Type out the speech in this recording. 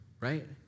right